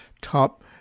top